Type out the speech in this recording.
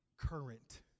Current